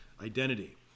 identity